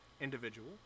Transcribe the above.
individual